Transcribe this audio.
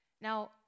Now